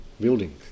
building